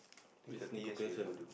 listening comprehension